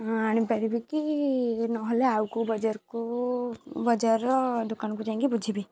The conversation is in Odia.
ମୁଁ ଆଣିପାରିବି କି ନହେଲେ ଆଉ କେଉଁ ବଜାରକୁ ବଜାର ର ଦୋକାନକୁ ଯାଇଁକି ବୁଝିବି